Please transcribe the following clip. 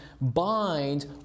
bind